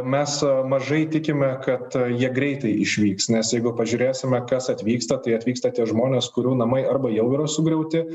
mes mažai tikime kad jie greitai išvyks nes jeigu pažiūrėsime kas atvyksta tai atvyksta tie žmonės kurių namai arba jau yra sugriauti